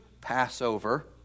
Passover